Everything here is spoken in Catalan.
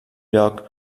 lloc